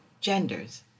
genders